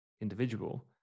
individual